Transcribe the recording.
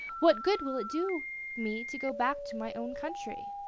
what good will it do me to go back to my own country?